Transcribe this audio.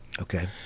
Okay